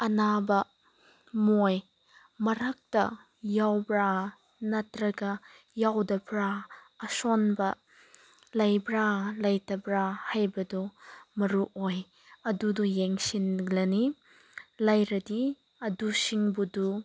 ꯑꯅꯥꯕ ꯃꯣꯏ ꯃꯔꯛꯇ ꯌꯥꯎꯕ꯭ꯔꯥ ꯅꯠꯇ꯭ꯔꯒ ꯌꯥꯎꯗꯕ꯭ꯔꯥ ꯑꯁꯣꯟꯕ ꯂꯩꯕ꯭ꯔꯥ ꯂꯩꯇꯕ꯭ꯔꯥ ꯍꯥꯏꯕꯗꯨ ꯃꯔꯨ ꯑꯣꯏ ꯑꯗꯨꯗꯨ ꯌꯦꯡꯁꯤꯜꯂꯅꯤ ꯂꯩꯔꯗꯤ ꯑꯗꯨꯁꯤꯡꯗꯨꯕꯨ